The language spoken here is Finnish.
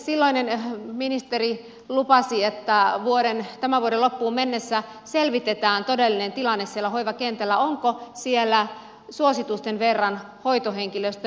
silloinen ministeri lupasi että tämän vuoden loppuun mennessä selvitetään todellinen tilanne siellä hoivakentällä onko siellä suositusten verran hoitohenkilöstöä